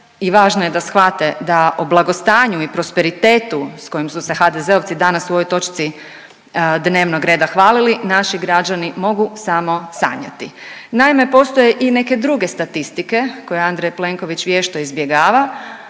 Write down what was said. i važno je da shvate da o blagostanju i prosperitetu s kojim su se HDZ-ovci danas u ovoj točci dnevnog reda hvalili naši građani mogu samo sanjati. Naime, postoje i neke druge statistike koje Andrej Plenković vješto izbjegava,